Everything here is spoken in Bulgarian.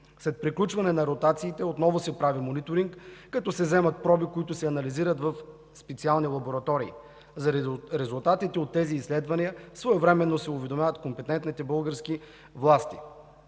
След приключване на ротациите, отново се прави мониторинг, като се вземат проби, които се анализират в специални лаборатории. За резултатите от тези изследвания своевременно се уведомяват компетентните български власти.